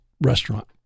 restaurant